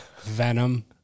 Venom